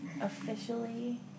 Officially